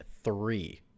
three